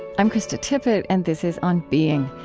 i'm krista tippett, and this is on being,